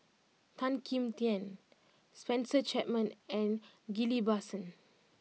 Tan Kim Tian Spencer Chapman and Ghillie Basan